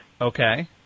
Okay